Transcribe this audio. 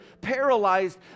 paralyzed